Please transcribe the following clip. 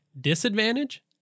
disadvantage